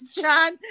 John